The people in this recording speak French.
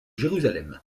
jérusalem